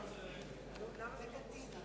התשס"ט 2009,